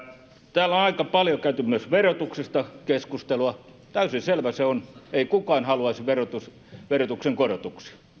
täällä on aika paljon käyty myös verotuksesta keskustelua täysin selvä se on ei kukaan haluaisi verotuksen korotuksia